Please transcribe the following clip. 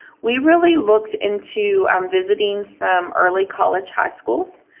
we really looked into um visiting some early college high schools,